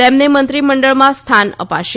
તેમને મંત્રીમંડળમાં સ્થાન અપાશે